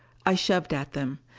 i shoved at them.